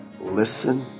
Listen